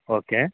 okay